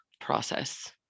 process